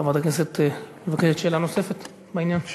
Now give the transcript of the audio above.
חברת הכנסת מבקשת שאלה נוספת בעניין.